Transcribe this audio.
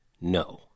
no